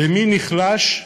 מי נחלש?